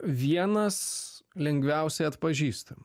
vienas lengviausiai atpažįstamų